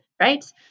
right